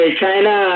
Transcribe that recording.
China